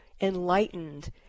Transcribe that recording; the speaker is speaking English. enlightened